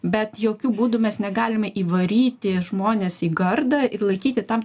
bet jokiu būdu mes negalime įvaryti žmones į gardą ir laikyti tam